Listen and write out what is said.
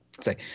say